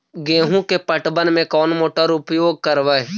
गेंहू के पटवन में कौन मोटर उपयोग करवय?